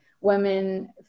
women